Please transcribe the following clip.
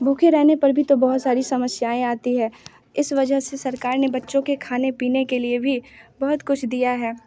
भूखे रहने पर भी तो बहुत सारी समस्याएँ आती हैं इस वजह से सरकार ने बच्चों के खाने पीने के लिए भी बहुत कुछ दिया है